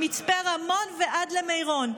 ממצפה רמון ועד למירון,